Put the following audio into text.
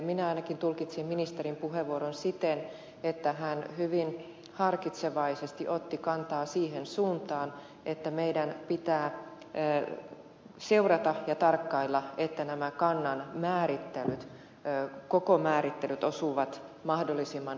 minä ainakin tulkitsin ministerin puheenvuoron siten että hän hyvin harkitsevaisesti otti kantaa siihen suuntaan että meidän pitää seurata ja tarkkailla että nämä kannan kokomäärittelyt osuvat mahdollisimman oikeaan